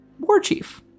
warchief